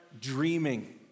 dreaming